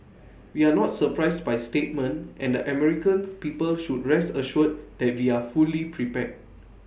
we are not surprised by statement and the American people should rest assured that we are fully prepared